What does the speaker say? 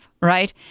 right